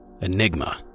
enigma